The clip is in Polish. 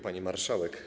Pani Marszałek!